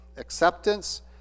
Acceptance